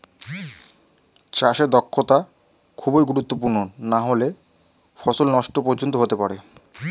চাষে দক্ষতা খুবই গুরুত্বপূর্ণ নাহলে ফসল নষ্ট পর্যন্ত হতে পারে